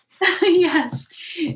Yes